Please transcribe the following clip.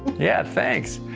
yeah, thanks.